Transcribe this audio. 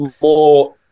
more